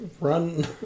run